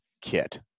kit